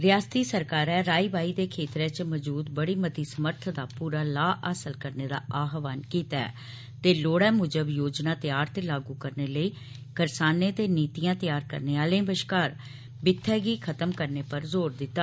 रयासती सरकारै राई बाई दे क्षेत्रै च मजूद बड़ी मती समर्थ दा पूरा लाह हासल करने दा आहवान कीता ऐ ते लोड़ मुजब योजना त्यार ते लागू करने लेई करसानें ते नीतियां त्यार करने आले बश्कार बित्थै गी खत्म करने पर जोर दिता